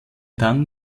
dann